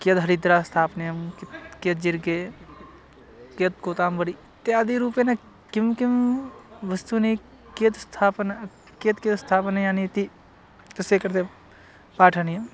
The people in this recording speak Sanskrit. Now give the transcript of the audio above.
कियद् हरिद्रा स्थापनीयं कियत् जिर्गे कियत् कोताम्बरि इत्यादिरूपेण किं किं वस्तूनि कियत् स्थापनं कियत् कियत् स्थापनीयानि इति तस्य कृते पाठनीयम्